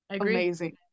amazing